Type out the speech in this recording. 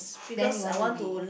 then you want to be